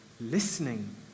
listening